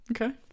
Okay